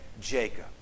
Jacob